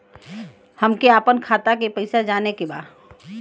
हमके आपन खाता के पैसा जाने के बा